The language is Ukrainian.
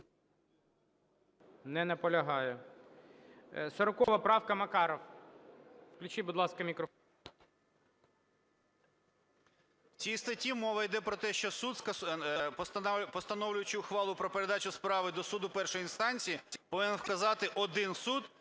Не наполягає. 40 правка, Макаров. Включіть, будь ласка, мікрофон. 11:20:07 МАКАРОВ О.А. В цій статті мова іде про те, що суд, постановляючи ухвалу про передачу справи до суду першої інстанції, повинен вказати один суд,